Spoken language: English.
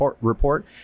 report